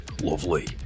lovely